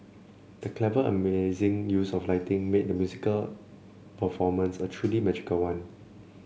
the clever and amazing use of lighting made the musical performance a truly magical one